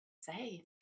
say